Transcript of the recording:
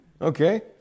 Okay